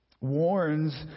Warns